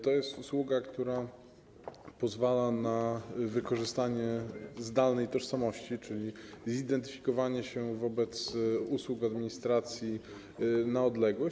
To jest usługa, która pozwala na wykorzystanie zdalnej tożsamości, czyli zidentyfikowanie się wobec usług administracji na odległość.